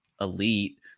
elite